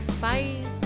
bye